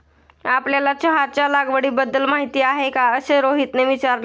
आपल्याला चहाच्या लागवडीबद्दल माहीती आहे का असे रोहितने विचारले?